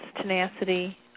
tenacity